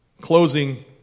Closing